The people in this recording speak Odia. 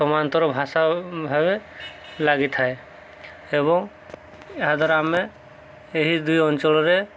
ସମାନ୍ତର ଭାଷା ଓ ଭାବେ ଲାଗିଥାଏ ଏବଂ ଏହାଦ୍ୱାରା ଆମେ ଏହି ଦୁଇ ଅଞ୍ଚଳରେ